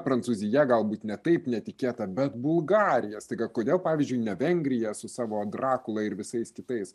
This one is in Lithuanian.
prancūzija galbūt ne taip netikėta bet bulgarija staiga kodėl pavyzdžiui ne vengrija su savo drakula ir visais kitais